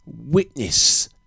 witness